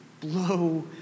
Blow